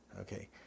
okay